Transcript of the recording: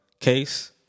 case